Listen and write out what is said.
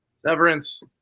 Severance